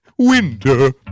Winter